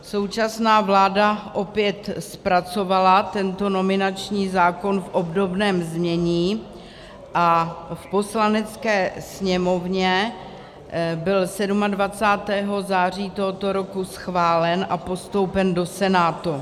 Současná vláda opět zpracovala tento nominační zákon v obdobném znění a v Poslanecké sněmovně byl 27. září tohoto roku schválen a postoupen do Senátu.